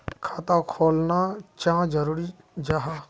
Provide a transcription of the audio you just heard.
खाता खोलना चाँ जरुरी जाहा?